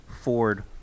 Ford